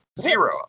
Zero